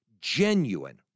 genuine